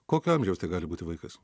kokio amžiaus tai gali būti vaikas